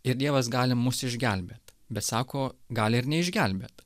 ir dievas gali mus išgelbėt bet sako gali ir neišgelbėt